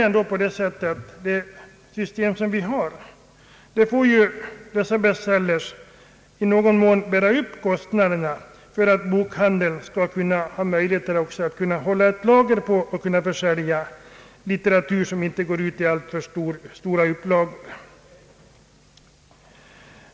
I det system som vi har i dag får bestsellers i någon mån bära de kostnader bokhandeln åsamkas för att kunna hålla ett lager och försälja litteratur som inte går ut i stora upplagor.